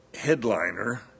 headliner